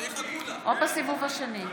שיחכו לה.